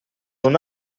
non